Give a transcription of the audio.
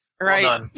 Right